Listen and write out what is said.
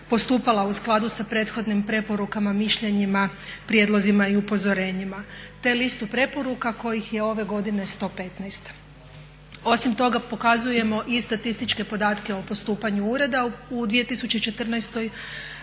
u skladu sa prethodnim preporukama, mišljenjima, prijedlozima i upozorenjima te listu preporuka kojih je ove godine 115. Osim toga pokazujemo i statističke podatke o postupanju ureda u 2014.,